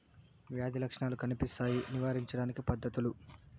వ్యాధి లక్షణాలు కనిపిస్తాయి నివారించడానికి పద్ధతులు?